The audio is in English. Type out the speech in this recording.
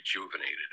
rejuvenated